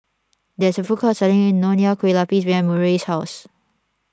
there is a food court selling Nonya Kueh Lapis behind Murray's house